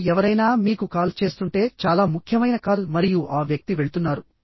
ఇప్పుడు ఎవరైనా మీకు కాల్ చేస్తుంటే చాలా ముఖ్యమైన కాల్ మరియు ఆ వ్యక్తి వెళ్తున్నారు